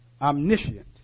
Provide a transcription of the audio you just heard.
omniscient